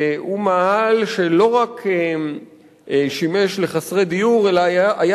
שהוא מאהל שלא רק שימש חסרי דיור אלא היה